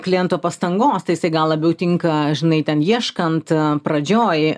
kliento pastangos tai jisai gal labiau tinka žinai ten ieškant pradžioj